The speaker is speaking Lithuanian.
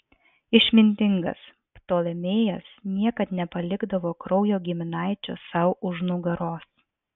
išmintingas ptolemėjas niekad nepalikdavo kraujo giminaičio sau už nugaros